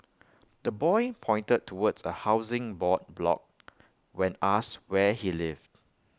the boy pointed towards A Housing Board block when asked where he lived